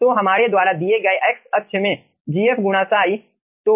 तो हमारे द्वारा दिए गए x अक्ष में Gfगुणा साई Ψ